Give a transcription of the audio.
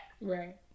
Right